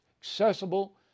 accessible